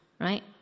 right